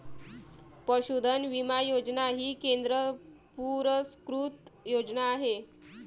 पशुधन विमा योजना ही केंद्र पुरस्कृत योजना आहे